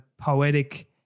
poetic